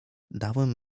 dałem